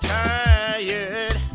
tired